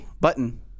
Button